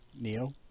Neo